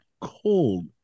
cold